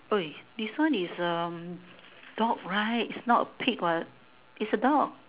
!oi! this one is um dog right is not a pig what is a dog